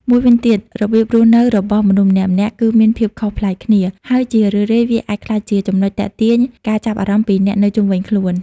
មួយវិញទៀតរបៀបរស់នៅរបស់មនុស្សម្នាក់ៗ គឺមានភាពខុសប្លែកគ្នា ហើយជារឿយៗវាអាចក្លាយជាចំណុចទាក់ទាញការចាប់អារម្មណ៍ពីអ្នកនៅជុំវិញខ្លួន។